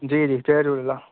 जी जी जय झूलेलाल